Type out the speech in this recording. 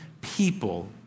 people